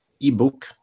ebook